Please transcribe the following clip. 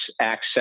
access